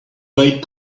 wait